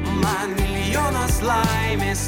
man milijonas laimės